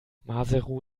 maseru